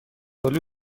آلو